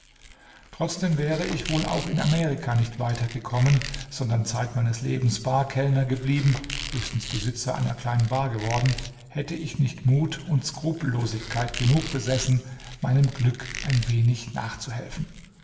trotzdem wäre ich wohl auch in amerika nicht weitergekommen sondern zeit meines lebens barkellner geblieben höchstens besitzer einer kleinen bar geworden hätte ich nicht mut und skrupellosigkeit genug besessen meinem glück ein wenig nachzuhelfen